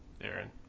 Aaron